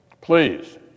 Please